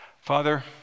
Father